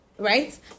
right